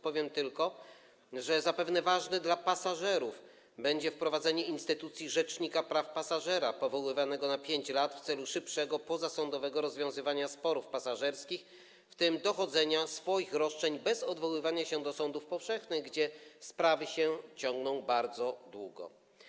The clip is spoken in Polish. Powiem tylko, że zapewne dla pasażerów będzie ważne wprowadzenie instytucji rzecznika praw pasażera powoływanego na 5 lat w celu szybszego pozasądowego rozwiązywania sporów pasażerskich, w tym dochodzenia swoich roszczeń bez odwoływania się do sądów powszechnych, gdzie sprawy ciągną się bardzo długo.